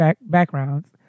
backgrounds